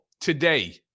today